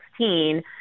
2016